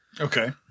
Okay